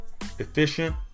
efficient